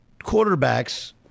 quarterbacks